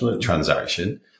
transaction